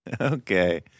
Okay